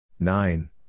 Nine